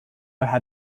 had